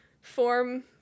form